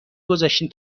گذاشتین